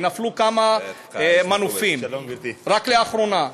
ונפלו כמה מנופים רק לאחרונה.